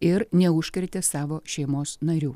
ir neužkrėtė savo šeimos narių